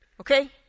Okay